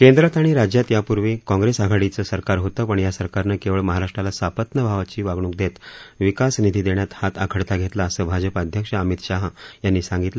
केंद्रात आणि राज्यात यापूर्वी काँग्रेसआघाडीचं सरकार होतं पण या सरकारनं केवळ महाराष्ट्राला सापत्न भावाची वागणूक देत विकास निधी देण्यात हात आखडता घेतला असं भाजप अध्यक्ष अमित शहा यांनी सांगितलं